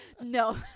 No